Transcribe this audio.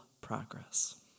progress